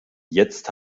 jetzt